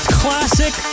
classic